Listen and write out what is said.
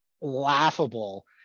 laughable